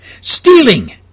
stealing